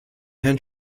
herrn